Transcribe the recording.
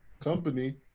company